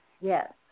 yes